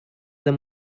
them